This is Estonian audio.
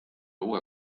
uue